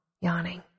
yawning